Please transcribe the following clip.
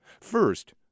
First